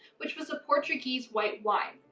which was a portuguese white wine.